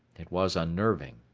it was unnerving.